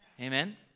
Amen